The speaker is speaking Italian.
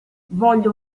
voglio